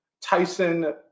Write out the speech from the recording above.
Tyson